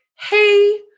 hey